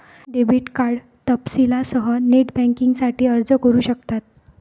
debit card तपशीलांसह net बँकिंगसाठी अर्ज करू शकतात